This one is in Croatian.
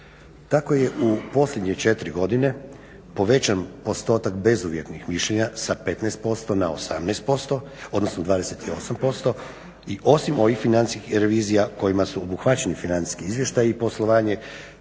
Tako je u posljednje 4 godine povećan postotak bezuvjetnih mišljenja sa 15% na 18% odnosno 28% i osim ovih financijskih revizija kojima su obuhvaćeni financijski izvještaji i poslovanje